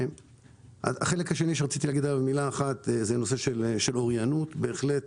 החלק השני הוא נושא האוריינות בהחלט